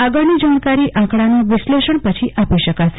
આગળની જાણકારી આંકડાના વિશ્લેષણ પછી આપી શકાશે